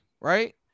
right